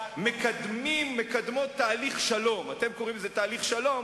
מקדמים תהליך שלום, אתם קוראים לזה תהליך שלום,